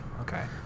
Okay